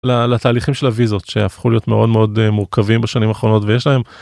ל-לתהליכים של הוויזות, שהפכו להיות מאוד מאוד א-מורכבים בשנים האחרונות, ויש להם,